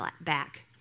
back